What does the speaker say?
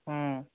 অঁ